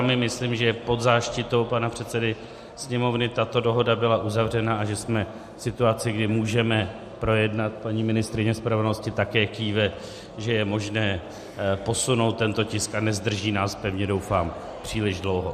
Myslím, že pod záštitou pana předsedy Sněmovny tato dohoda byla uzavřena a že jsme v situaci, kdy můžeme projednat paní ministryně spravedlnosti také kýve, že je možné posunout tento tisk , a nezdrží nás, pevně doufám, příliš dlouho.